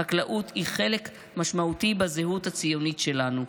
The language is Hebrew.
החקלאות היא חלק משמעותי בזהות הציונית שלנו.